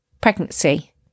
pregnancy